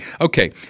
Okay